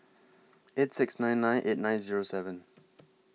eight six nine nine eight nine Zero seven